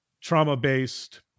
trauma-based